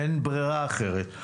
אין ברירה אחרת.